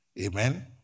Amen